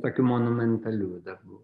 tokių monumentaliųjų darbų